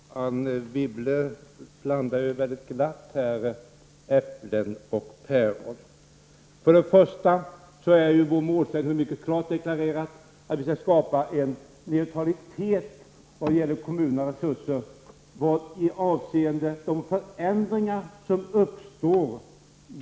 Herr talman! Anne Wibble blandar glatt äpplen och päron. Vår målsättning är mycket klart deklarerad, nämligen att de förändringar som sker genom skattereformen skall vara neutrala vad beträffar kommunernas resurser.